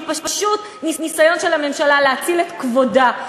היא פשוט ניסיון של הממשלה להציל את כבודה.